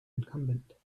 incumbent